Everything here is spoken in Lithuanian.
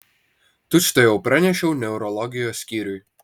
tučtuojau pranešiau neurologijos skyriui